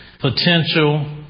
potential